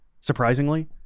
Surprisingly